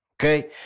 okay